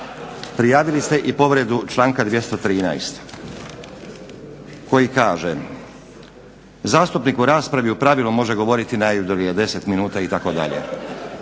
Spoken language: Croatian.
Prijavili ste i povredu članka 213. koji kaže: "Zastupnik u raspravi u pravilu može govoriti najdulje 10 minuta itd."